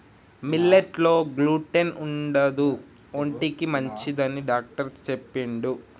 millet లో gluten ఉండదు ఒంటికి మంచిదని డాక్టర్ చెప్పిండు